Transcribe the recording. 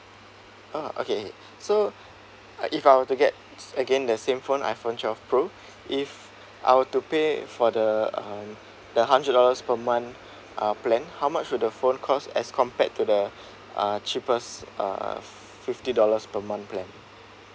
orh okay so if I were to get again the same phone iphone twelve pro if I were to pay for the um the hundred dollars per month uh plan how much would the phone cost as compared to the uh cheapest uh fifty dollars per month plan